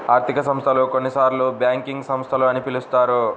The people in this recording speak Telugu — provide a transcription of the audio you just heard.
ఆర్థిక సంస్థలు, కొన్నిసార్లుబ్యాంకింగ్ సంస్థలు అని పిలుస్తారు